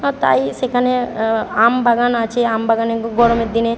আর তাই সেখানে আম বাগান আছে আম বাগানে গ গরমের দিনে